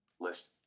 List